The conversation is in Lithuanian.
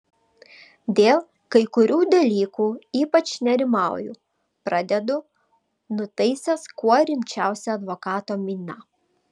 dėl kai kurių dalykų ypač nerimauju pradedu nutaisęs kuo rimčiausią advokato miną